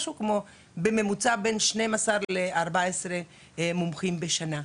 וכל שנה יוצאים בממוצע 14-12 מומחים בשנה,